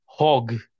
Hog